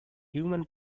human